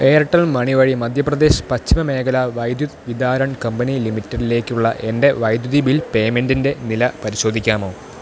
Airtel money വഴി മധ്യ പ്രദേശ് പശ്ചിമ മേഖല വൈദ്യുത് വിതരൺ കമ്പനി ലിമിറ്റഡിലേക്കുള്ള എൻ്റെ വൈദ്യുതി ബിൽ പേയ്മെൻ്റിൻ്റെ നില പരിശോധിക്കാമോ